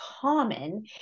common